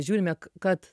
žiūrime k kad